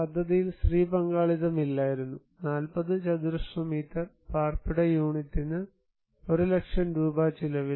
പദ്ധതിയിൽ സ്ത്രീ പങ്കാളിത്തം ഇല്ലായിരുന്നു 40 ചതുരശ്ര മീറ്റർ പാർപ്പിട യൂണിറ്റിന് ഒരു ലക്ഷം രൂപ ചിലവും